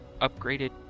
upgraded